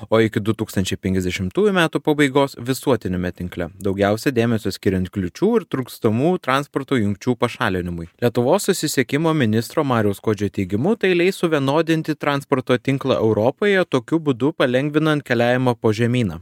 o iki du tūkstančiai penkiasdešimtųjų metų pabaigos visuotiniame tinkle daugiausiai dėmesio skiriant kliūčių ir trūkstamų transporto jungčių pašalinimui lietuvos susisiekimo ministro mariaus skuodžio teigimu tai leis suvienodinti transporto tinklą europoje tokiu būdu palengvinant keliavimą po žemyną